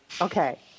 Okay